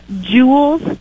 jewels